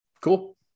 Cool